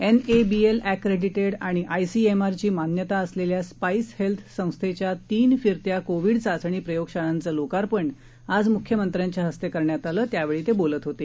NABL accredited आणि आयसीएमआरची मान्यता असलेल्या स्पाईस हेल्थ संस्थेच्या तीन फिरत्या कोविड चाचणी प्रयोगशाळांचे लोकार्पण आज मुख्यमंत्र्यांच्या हस्ते करण्यात आलं त्यावेळी ते बोलत होते